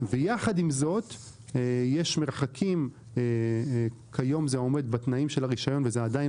ויחד עם זאת יש מרחקים - כיום זה עומד בתנאי הרישיון אבל זה עדיין